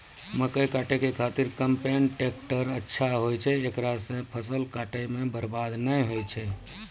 मकई काटै के खातिर कम्पेन टेकटर अच्छा होय छै ऐकरा से फसल काटै मे बरवाद नैय होय छै?